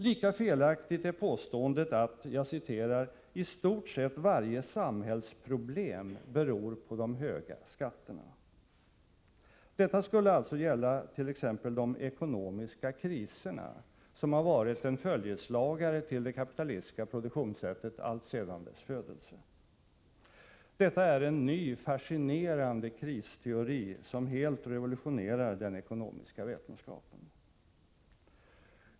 Lika felaktigt är påståendet i den moderata motionen att ”i stort sett varje samhällsproblem beror på de höga skatterna”. Detta skulle alltså gälla t.ex. de ekonomiska kriser som har varit en följeslagare till det kapitalistiska produktionssättet alltsedan dess födelse. Detta är en ny och fascinerande kristeori som helt revolutionerar den ekonomiska vetenskapen.